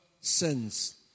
sins